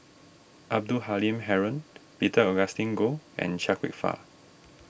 Abdul Halim Haron Peter Augustine Goh and Chia Kwek Fah